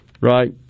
right